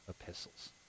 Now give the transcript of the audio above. epistles